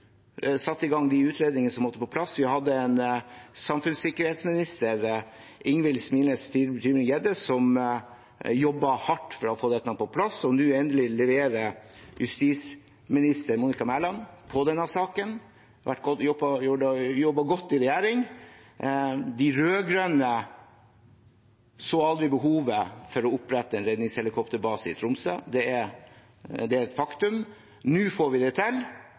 i gang de utredningene som måtte på plass. Vi hadde en samfunnssikkerhetsminister, Ingvil Smines Tybring-Gjedde, som jobbet hardt for å få dette på plass, og nå, endelig, leverer justisminister Monica Mæland på denne saken. Det har vært jobbet godt i regjering. De rød-grønne så aldri behovet for å opprette en redningshelikopterbase i Tromsø, det er et faktum. Nå får vi det til,